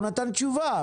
הוא נתן תשובה.